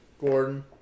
Gordon